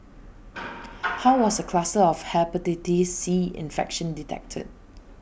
how was the cluster of Hepatitis C infection detected